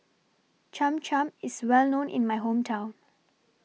Cham Cham IS Well known in My Hometown